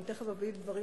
ואני תיכף אביא דברים,